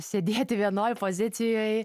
sėdėti vienoj pozicijoj